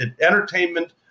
entertainment